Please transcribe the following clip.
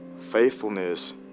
faithfulness